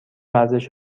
ورزش